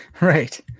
Right